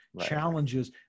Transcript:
challenges